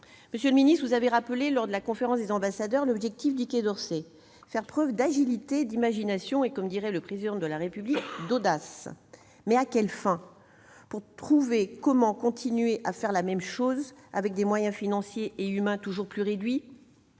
Monsieur le ministre, vous avez rappelé, lors de la conférence des ambassadeurs, l'objectif du Quai d'Orsay :« Faire preuve d'agilité, d'imagination, et, comme dirait le Président de la République, d'audace. » Mais à quelles fins ? Pour trouver comment continuer à faire la même chose avec des moyens financiers et humains toujours plus réduits ?